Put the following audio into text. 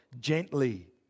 gently